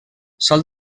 sol